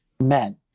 men